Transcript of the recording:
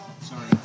Sorry